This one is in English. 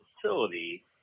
facility